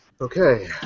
Okay